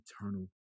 eternal